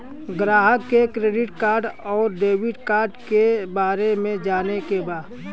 ग्राहक के credit card और डेविड कार्ड के बारे में जाने के बा?